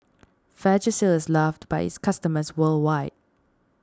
Vagisil is loved by its customers worldwide